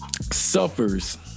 suffers